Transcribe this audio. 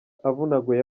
avunaguye